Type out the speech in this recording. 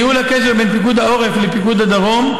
לייעול הקשר בין פיקוד העורף לפיקוד הדרום,